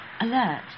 alert